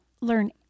learn